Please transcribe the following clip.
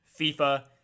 FIFA